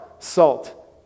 salt